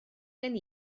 gen